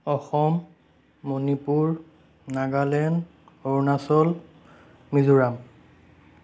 Assam Manipur Nagaland Arunachal Mizoram